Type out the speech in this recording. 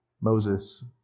Moses